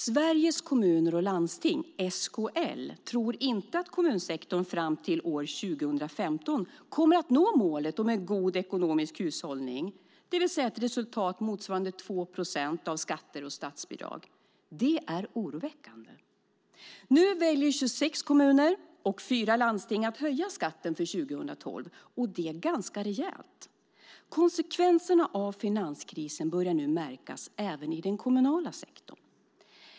Sveriges Kommuner och Landsting, SKL, tror inte att kommunsektorn fram till år 2015 kommer att nå målet om en god ekonomisk hushållning, det vill säga ett resultat motsvarande 2 procent av skatter och statsbidrag. Det är oroväckande. Nu väljer 26 kommuner och fyra landsting att höja skatten för 2012, och det ganska rejält. Konsekvenserna av finanskrisen börjar märkas även i den kommunala sektorn.